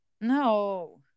no